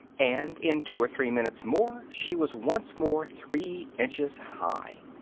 and in two or three minutes more she was once more three inches high.